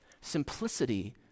Simplicity